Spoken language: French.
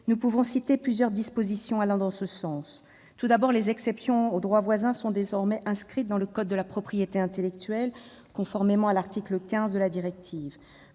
nous pouvons citer plusieurs dispositions allant dans ce sens. Tout d'abord, les exceptions au droit voisin sont désormais inscrites dans le code de la propriété intellectuelle, conformément à l'article 15 de la directive.